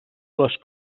les